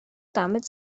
damit